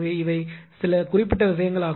எனவே இவை சில குறிப்பிட்ட விஷயங்கள்